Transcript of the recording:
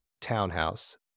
townhouse